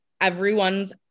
everyone's